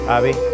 Abby